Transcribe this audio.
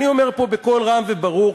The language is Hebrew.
אני אומר פה בקול רם וברור,